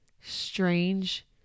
strange